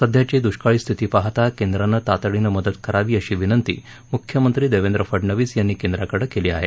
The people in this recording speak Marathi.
सध्याची दुष्काळी स्थिती पाहता केंद्रानं तातडीनं मदत करावी अशी विनंती मुख्यमंत्री देवेंद्र फडनवीस यांनी केंद्राकडे केली आहे